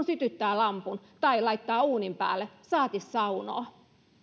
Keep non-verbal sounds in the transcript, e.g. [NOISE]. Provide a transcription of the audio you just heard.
[UNINTELLIGIBLE] sytyttää lampun tai laittaa uunin päälle saati saunoo